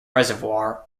reservoir